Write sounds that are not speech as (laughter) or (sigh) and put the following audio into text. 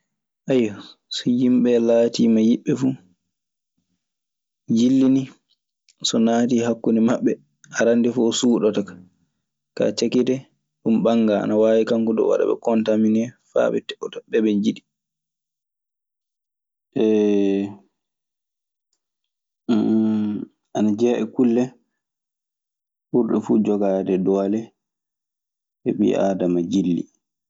(hesitation) So yimɓe laatiima yiɗɓe fuu. Jilli nii, so naatii hakkunde maɓɓe, arannde fuu o suuɗoto ka, kaa cakkite ɗun ɓangaa. Ana waawi kanko duu o waɗa ɓe kontaminee faa tewta ɓe ɓe njiɗi. (hesitation) Ana jeyaa e kulle ɓurɗe fuu jogaade doole e ɓii aadama jilli.